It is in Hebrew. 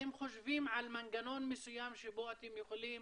אתם חושבים על מנגנון מסוים שבו אתם יכולים